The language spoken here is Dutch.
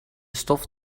stof